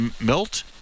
Milt